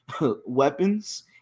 weapons